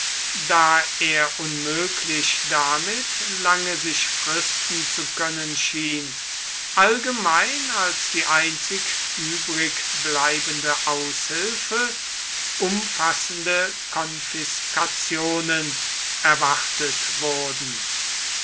da er unmöglich damit lange sich fristen zu können schien allgemein als die einzig übrig bleibende aushilfe umfassende konfiskationen erwartet wurden